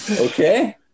Okay